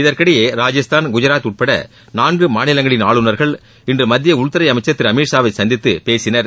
இதற்கிடையே ராஜஸ்தான் குஜராத் உட்பட நான்கு மாநிலங்களின் ஆளுநர்கள் இன்று மத்திய உள்துறை அமைச்சர் திரு அமித் ஷாவை சந்தித்து பேசினர்